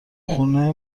خونه